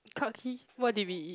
Clark Quay what did we eat